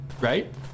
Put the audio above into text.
right